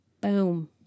Boom